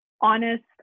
honest